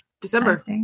December